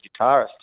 guitarist